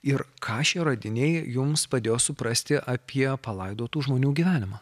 ir ką šie radiniai jums padėjo suprasti apie palaidotų žmonių gyvenimą